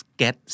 get